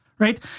right